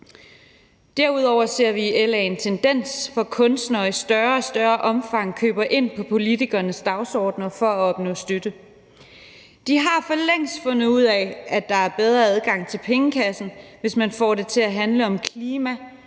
Derudover ser vi i LA en tendens, hvor kunstnere i større og større omfang køber ind på politikernes dagsordener for at opnå støtte. De har for længst fundet ud af, at der er bedre adgang til pengekassen, hvis man får det til at handle om klima,